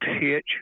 pitch